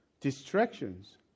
distractions